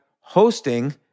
hosting